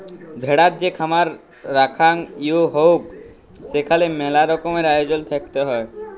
ভেড়ার যে খামার রাখাঙ হউক সেখালে মেলা রকমের আয়জল থাকত হ্যয়